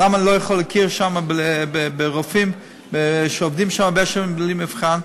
למה אני לא יכול להכיר ברופאים שעובדים שם הרבה שנים בלי מבחן?